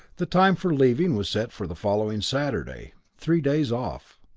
the time for leaving was set for the following saturday, three days off.